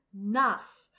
enough